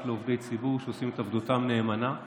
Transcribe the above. לעובדי ציבור שעושים את עבודתם נאמנה.